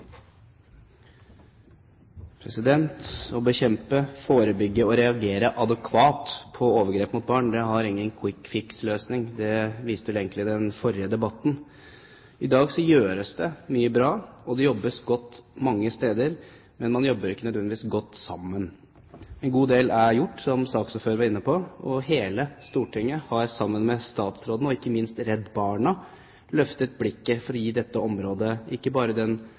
Å bekjempe, forebygge og reagere adekvat på overgrep mot barn har ingen «quick fix»-løsning. Det viste vel egentlig den forrige debatten. I dag gjøres det mye bra, og det jobbes godt mange steder, men man jobber ikke nødvendigvis godt sammen. En god del er gjort, som saksordføreren var inne på. Hele Stortinget har, sammen med statsråden og ikke minst Redd Barna, løftet blikket for å gi dette området ikke bare den